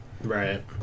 Right